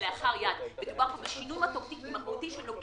כלאחר יד, מדובר פה בשינוי מהותי שנוגד